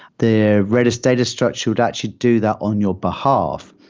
the redis data structure, that should do that on your behalf.